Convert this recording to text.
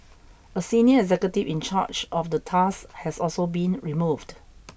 a senior executive in charge of the task has also been removed